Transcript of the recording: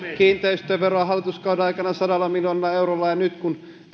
kiinteistöveroa hallituskauden aikana sadalla miljoonalla eurolla ja nyt kun